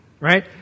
right